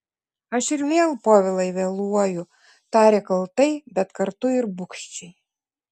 aš ir vėl povilai vėluoju tarė kaltai bet kartu ir bugščiai